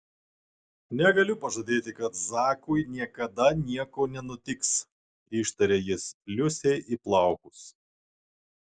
negaliu pažadėti kad zakui niekada nieko nenutiks ištarė jis liusei į plaukus